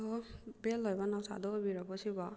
hello ꯚꯦꯜ ꯂꯣꯏꯕ ꯅꯥꯎꯆꯥꯗꯣ ꯑꯣꯏꯕꯤꯔꯕꯣ ꯑꯁꯤꯕꯨ